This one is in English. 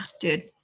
dude